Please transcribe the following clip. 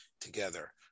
together